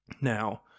Now